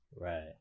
Right